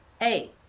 hey